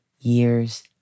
years